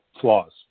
flaws